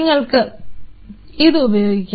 നിങ്ങൾക്ക് ഇത് ഉപയോഗിക്കാം